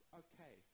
okay